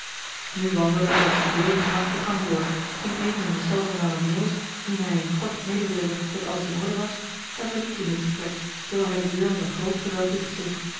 nu wandelde hij op zijn dooie gemak de gang door ging even in de cel van lange meeuwis wien hij in t kort mededeelde dat alles in orde was en verliet toen dit vertrek terwijl hij de deur met een groot geweld